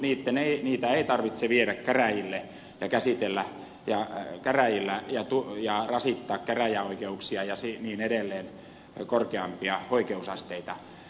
tämmöisiä selviä pikkujuttuja ei tarvitse viedä käräjille ja käsitellä käräjillä ja rasittaa käräjäoikeuksia korkeampia oikeusasteita ja niin edelleen